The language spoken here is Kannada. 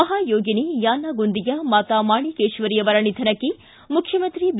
ಮಹಾಯೋಗಿನಿ ಯಾನಾಗುಂದಿಯ ಮಾತಾ ಮಾಣಿಕೇಶ್ವರಿ ಅವರ ನಿಧನಕ್ಕೆ ಮುಖ್ಯಮಂತ್ರಿ ಬಿ